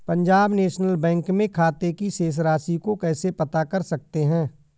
Punjab National Bank में खाते की शेष राशि को कैसे पता कर सकते हैं?